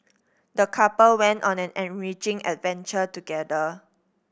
the couple went on an enriching adventure together